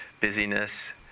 busyness